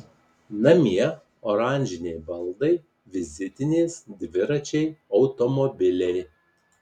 namie oranžiniai baldai vizitinės dviračiai automobiliai